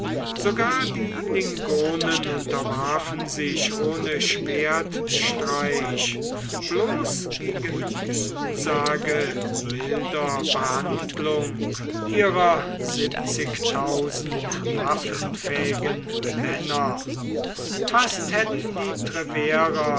sogar die lingonen unterwarfen sich ohne schwertstreich bloß gegen zusage milder behandlung ihrer waffenfähigen männer fast hätten die treverer